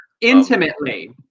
intimately